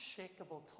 unshakable